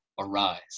arise